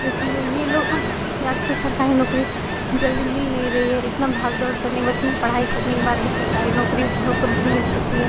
क्योंकि ये ये लोग ये आजकल सरकारी नौकरी जल्दी मिल नहीं रही है इतना भागदौड़ करने के बाद इतनी पढ़ाई करने के बाद भी सरकारी नौकरी हम लोग को नहीं मिल सकती है